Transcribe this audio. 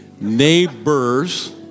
neighbors